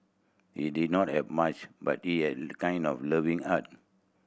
he did not have much but he had a kind and loving heart